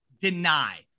deny